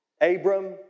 Abram